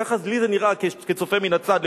כך לי זה נראה כצופה מן הצד לפחות.